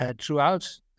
throughout